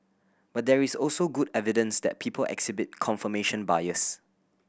but there is also good evidence that people exhibit confirmation bias